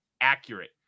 accurate